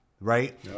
right